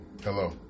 hello